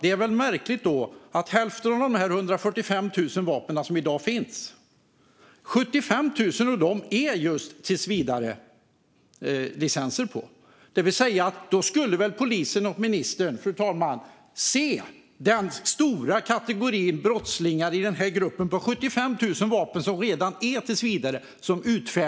Då är det väl märkligt att hälften av dessa 145 000 vapen fortfarande har tillsvidarelicenser. Borde inte polisen och ministern då se en massa brottslingar bland dessa vapenägare?